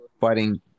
fighting